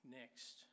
next